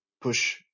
push